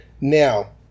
Now